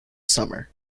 summer